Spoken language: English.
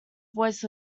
voice